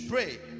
Pray